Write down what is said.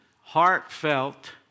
heartfelt